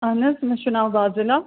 اہن حظ مےٚ چھُ ناو بازِلہ